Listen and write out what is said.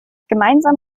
gemeinsam